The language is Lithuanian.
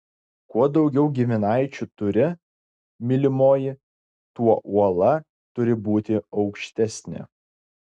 kuo daugiau giminaičių turi mylimoji tuo uola turi būti aukštesnė